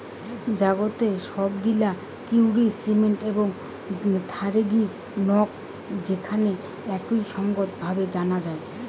জাগাতের সব গিলা কাউরি সিস্টেম এবং থারিগী নক যেখানে আক সঙ্গত ভাবে জানা যাই